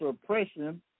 suppression